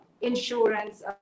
insurance